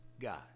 God